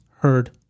heard